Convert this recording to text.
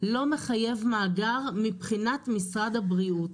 לא מחייב מאגר מבחינת משרד הבריאות.